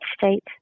state